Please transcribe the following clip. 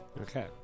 Okay